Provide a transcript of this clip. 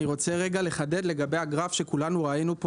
אני רוצה לחדד לגבי הגרף שכולנו ראינו פה